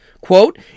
Quote